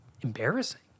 embarrassing